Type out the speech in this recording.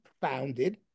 founded